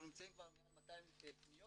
אנחנו נמצאים כבר במעל 200 פניות